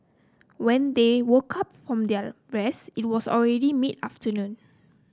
when they woke up from their rest it was already mid afternoon